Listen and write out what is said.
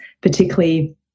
particularly